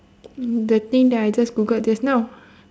the thing that I just googled just now